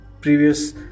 previous